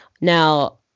Now